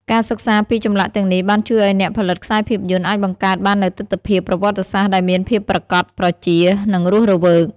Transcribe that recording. ការសិក្សាពីចម្លាក់ទាំងនេះបានជួយឲ្យអ្នកផលិតខ្សែភាពយន្តអាចបង្កើតបាននូវទិដ្ឋភាពប្រវត្តិសាស្ត្រដែលមានភាពប្រាកដប្រជា និងរស់រវើក។